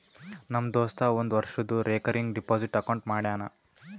ನಮ್ ದೋಸ್ತ ಒಂದ್ ವರ್ಷದು ರೇಕರಿಂಗ್ ಡೆಪೋಸಿಟ್ ಅಕೌಂಟ್ ಮಾಡ್ಯಾನ